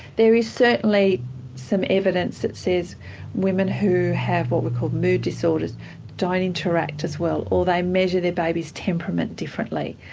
there is certainly some evidence that says women who have what we call mood disorders don't interact as well, or they measure their baby's temperament differently.